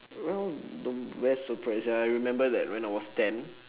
around don't where surprise ya I remember that when I was ten